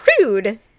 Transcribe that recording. rude